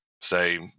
say